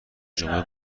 جمعه